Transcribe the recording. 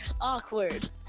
awkward